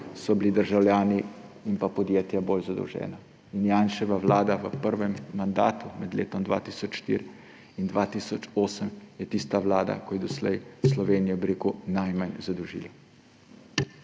so bili državljani in podjetja bolj zadolžena. Janševa vlada v prvem mandatu, med letom 2004 in 2008, je tista vlada, ki je doslej Slovenijo najmanj zadolžila.